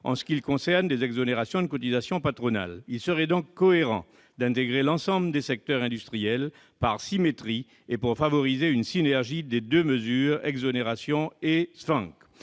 en ce qui concerne des exonérations de cotisations patronales. Il serait cohérent d'intégrer l'ensemble des secteurs industriels, par symétrie et pour favoriser une synergie des deux mesures : exonérations et ZFANG.